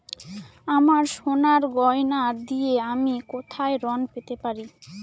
আমার সোনার গয়নার দিয়ে আমি কোথায় ঋণ পেতে পারি?